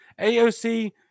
AOC